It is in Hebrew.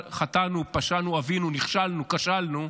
חטאנו, פשענו, עווינו, נכשלנו, כשלנו,